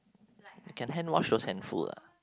can handwash those handful lah